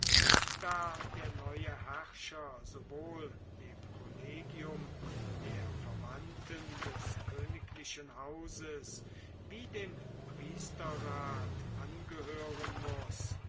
da der neue herrscher sowohl dem kollegium der verwandten des königlichen hauses wie dem priesterrat angehören muß